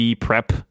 prep